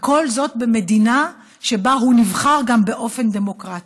וכל זאת במדינה שבה הוא נבחר באופן דמוקרטי.